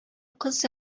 кыз